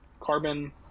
carbon